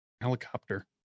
helicopter